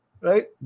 right